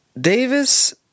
Davis